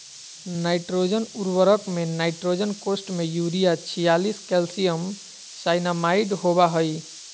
nitrogen उर्वरक में nitrogen कोष्ठ में यूरिया छियालिश कैल्शियम साइनामाईड होबा हइ